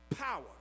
Power